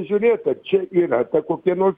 žiūrėt ar čia yra ta kokia nors